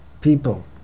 people